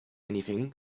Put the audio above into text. anything